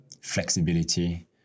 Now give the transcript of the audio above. flexibility